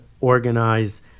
organize